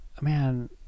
man